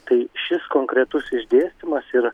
kai šis konkretus išdėstymas ir